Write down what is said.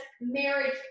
marriage